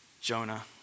Jonah